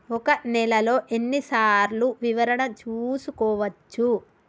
ఒక నెలలో ఎన్ని సార్లు వివరణ చూసుకోవచ్చు?